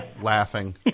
Laughing